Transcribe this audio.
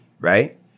right